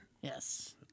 Yes